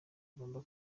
ugomba